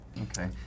Okay